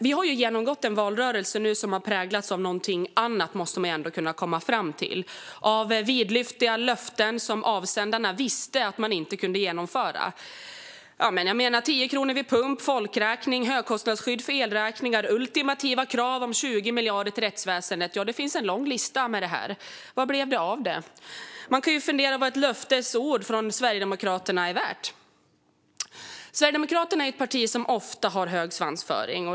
Vi har dock genomgått en valrörelse som har präglats av något annat, nämligen vidlyftiga löften som avsändarna visste att de inte kunde genomföra: 10 kronor vid pump, folkräkning, högkostnadsskydd för elräkningar och ultimativa krav om 20 miljarder till rättsväsendet. Listan är lång. Vad blev det av allt? Man kan fundera på vad ett löfte från Sverigedemokraterna är värt. Sverigedemokraterna är ett parti som ofta har hög svansföring.